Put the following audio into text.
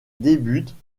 débutent